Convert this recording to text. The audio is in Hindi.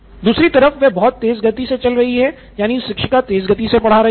दूसरी तरफ वह बहुत तेज चल रही है यानि शिक्षिका तेज़ गति से पढ़ा रही हैं